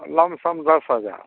lump sum दस हज़ार